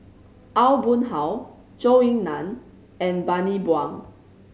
Aw Boon Haw Zhou Ying Nan and Bani Buang